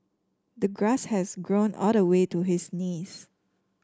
the grass has grown all the way to his knees